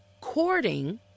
courting